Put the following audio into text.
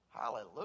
Hallelujah